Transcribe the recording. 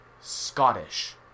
scottish